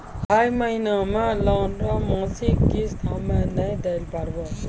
है महिना मे लोन रो मासिक किस्त हम्मे नै दैल पारबौं